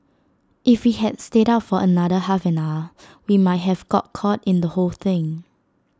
if we had stayed out for another half an hour we might have got caught in the whole thing